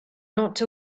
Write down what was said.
not